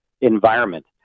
environment